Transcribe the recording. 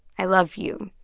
i love you.